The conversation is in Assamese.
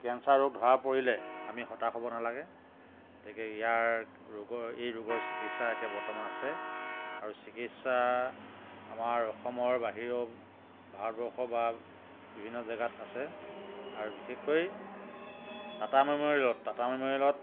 কেঞ্চাৰ ৰোগ ধৰা পৰিলে আমি হতাশ হ'ব নালাগে গতিকে ইয়াৰ ৰোগৰ এই ৰোগৰ চিকিৎসা এতিয়া বৰ্তমান আছে আৰু চিকিৎসা আমাৰ অসমৰ বাহিৰৰ ভাৰতবৰ্ষ বা বিভিন্ন জেগাত আছে আৰু বিশেষকৈ টাটা মেমৰিয়েলত টাটা মেমৰিয়েলত